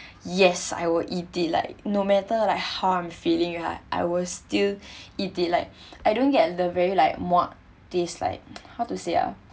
yes I will eat it like no matter like how I'm feeling right I will still eat it like I don't get the very like muak this like how to say uh